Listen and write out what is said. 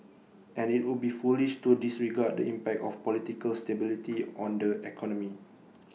and IT would be foolish to disregard the impact of political stability on the economy